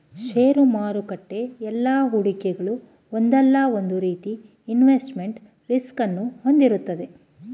ಷೇರು ಮಾರುಕಟ್ಟೆ ಎಲ್ಲಾ ಹೂಡಿಕೆಗಳು ಒಂದಲ್ಲ ಒಂದು ರೀತಿಯ ಇನ್ವೆಸ್ಟ್ಮೆಂಟ್ ರಿಸ್ಕ್ ಅನ್ನು ಹೊಂದಿರುತ್ತದೆ